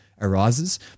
arises